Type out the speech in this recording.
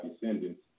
descendants